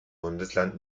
bundesland